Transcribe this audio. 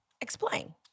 Explain